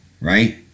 right